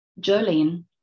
Jolene